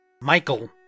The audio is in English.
Michael